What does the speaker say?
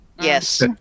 Yes